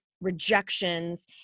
rejections